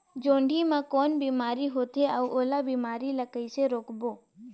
जोणी मा कौन बीमारी होथे अउ ओला बीमारी ला कइसे रोकबो?